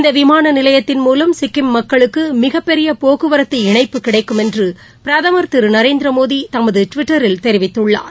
இந்தவிமானநிலையத்தின் மூலம் சிக்கிம் மக்களுக்குமிகப் பெரியபோக்குவரத்து இணைப்பு கிடைக்குமென்றுபிரதமா் திருநரேந்திரமோடிதமதுடிவிட்டரில் தெரிவித்துள்ளார்